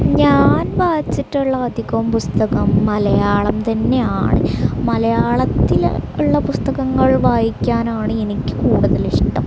ഞാൻ വായിച്ചിട്ടുള്ള അധികവും പുസ്തകം മലയാളം തന്നെ ആണ് മലയാളത്തിൽ ഉള്ള പുസ്തകങ്ങൾ വായിക്കാനാണ് എനിക്ക് കൂടുതലിഷ്ടം